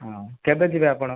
ହଁ କେବେ ଯିବେ ଆପଣ